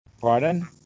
pardon